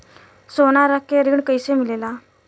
सोना रख के ऋण कैसे मिलेला?